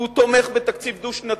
שהוא תומך בתקציב דו-שנתי.